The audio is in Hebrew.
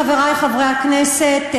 חברי חברי הכנסת,